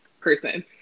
person